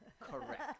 Correct